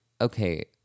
okay